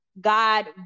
God